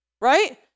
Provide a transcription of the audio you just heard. right